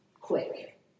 quick